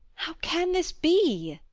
can this be?